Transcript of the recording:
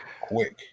Quick